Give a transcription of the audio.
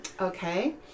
okay